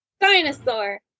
Dinosaur